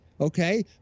Okay